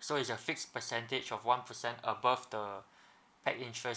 so is a fixed percentage of one percent above the packed interest